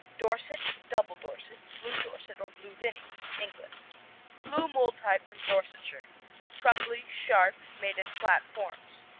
dorset, double dorset, blue dorset, or blue vinny england blue mold type from dorsetshire crumbly, sharp made in flat forms.